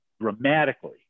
dramatically